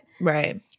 Right